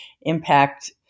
impact